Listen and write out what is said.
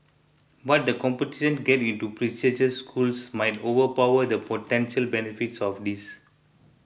but the competition to get into prestigious schools might overpower the potential benefits of this